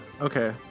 okay